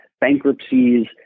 bankruptcies